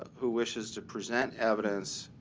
who wishes to present evidence